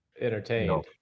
entertained